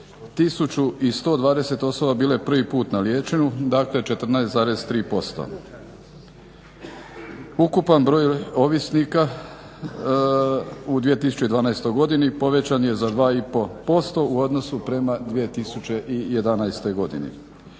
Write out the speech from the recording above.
1120 osoba bilo prvi put na liječenju, dakle 14,3%. Ukupan broj ovisnika u 2012. godini povećan je za 2,5% u odnosu prema 2011. godini.